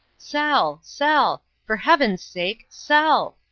sell! sell! for heaven's sake sell!